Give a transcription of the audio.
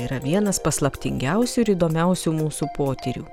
yra vienas paslaptingiausių ir įdomiausių mūsų potyrių